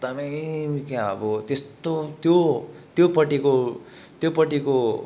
एकदमै क्या अब त्यस्तो त्यो त्योपट्टिको त्योपट्टिको